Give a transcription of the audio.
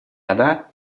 она